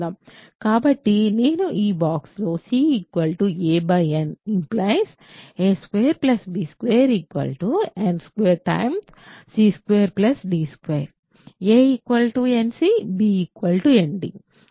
కాబట్టి నేను ఈ బాక్స్ లో c an a2b2 n 2 c 2 d 2 a nc b nd